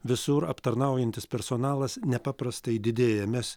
visur aptarnaujantis personalas nepaprastai didėja mes